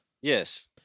Yes